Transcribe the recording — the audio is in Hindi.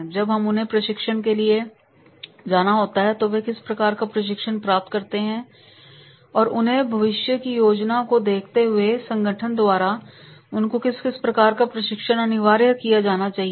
जब उन्हें प्रशिक्षण के लिए जाना होता तो वे किस प्रकार का प्रशिक्षण प्राप्त करते हैं और उनके भविष्य की योजना को देखते हुए संगठन द्वारा उनके लिए किस प्रकार का प्रशिक्षण अनिवार्य किया जाना चाहिए